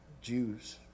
Jews